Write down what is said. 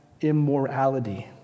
immorality